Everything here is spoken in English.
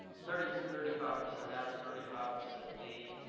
thirty thirty five percent f, thirty five percent d,